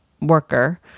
worker